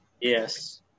Yes